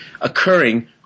occurring